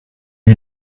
you